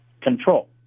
control